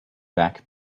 back